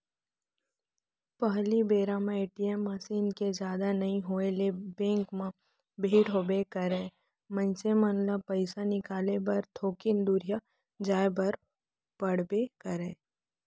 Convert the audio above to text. पहिली बेरा म ए.टी.एम मसीन के जादा नइ होय ले बेंक म भीड़ होबे करय, मनसे मन ल पइसा निकाले बर थोकिन दुरिहा जाय बर पड़बे करय